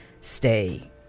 stay